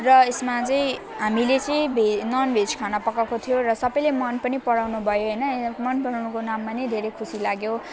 र यसमा चाहिँ हामीले चाहिँ भेज ननभेज खाना पकाएको थियो र सबैले मन पनि पराउनुभयो हैन मन पराउनुको नाममा पनि धेरै खुसी लाग्यो